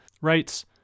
writes